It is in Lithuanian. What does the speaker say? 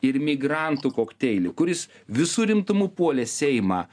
ir migrantų kokteilį kuris visu rimtumu puolė seimą